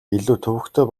төвөгтэй